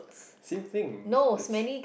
same thing it's